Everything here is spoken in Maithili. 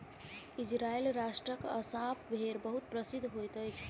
इजराइल राष्ट्रक अस्साफ़ भेड़ बहुत प्रसिद्ध होइत अछि